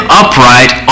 upright